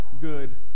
good